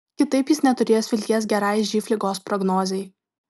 kitaip jis neturės vilties gerai živ ligos prognozei